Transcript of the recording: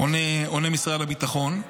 עונה משרד הביטחון,